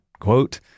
quote